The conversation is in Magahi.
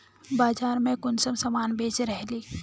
बाजार में कुंसम सामान बेच रहली?